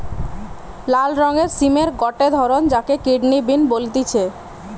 লাল রঙের সিমের গটে ধরণ যাকে কিডনি বিন বলতিছে